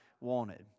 wanted